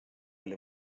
oli